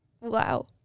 Wow